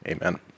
Amen